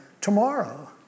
tomorrow